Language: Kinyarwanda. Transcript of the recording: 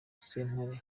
sentare